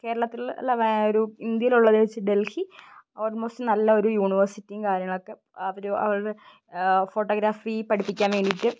കേരളത്തിലുള്ളതില് അല്ല ഇന്ത്യയിലുള്ളതിൽ വെച്ച് ഡൽഹി ഓൾമോസ്റ്റ് നല്ലയൊരു യൂണിവേഴ്സിറ്റിയും കാര്യങ്ങളുമൊക്കെ അവര് അവരുടെ ഫോട്ടോഗ്രാഫി പഠിപ്പിക്കാൻ വേണ്ടിയിട്ട്